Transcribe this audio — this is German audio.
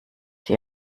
die